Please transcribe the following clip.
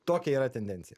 tokia yra tendencija